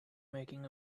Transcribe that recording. making